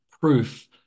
proof